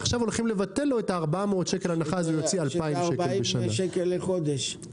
עכשיו הולכים לבטל את ה-400 שקל הנחה והוא יוציא 2,000 שקל בשנה.